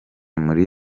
muri